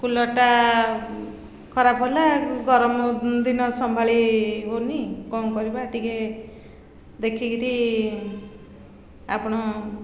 କୁଲର୍ଟା ଖରାପ ହେଲା ଗରମ ଦିନ ସମ୍ଭାଳି ହେଉନି କ'ଣ କରିବା ଟିକେ ଦେଖିକିରି ଆପଣ